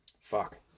Fuck